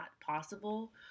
possible